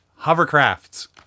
hovercrafts